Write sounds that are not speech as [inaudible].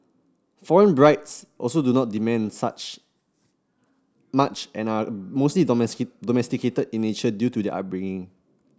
foreign brides also do not demand such much and are mostly [unintelligible] domesticated in nature due to their upbringing